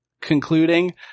Concluding